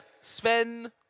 Sven